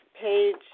page